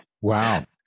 Wow